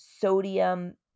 sodium